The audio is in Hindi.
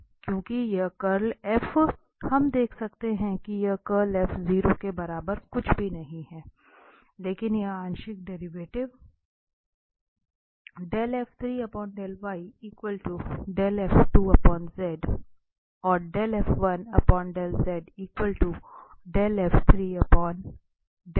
क्योंकि यह कर्ल हम देख सकते हैं कि यह कर्ल 0 के बराबर कुछ भी नहीं है लेकिन यह आंशिक डेरिवेटिव है